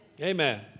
Amen